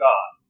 God